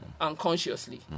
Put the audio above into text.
unconsciously